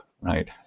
right